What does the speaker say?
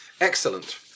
Excellent